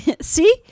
See